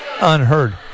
unheard